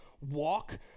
walk